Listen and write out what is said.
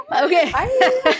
Okay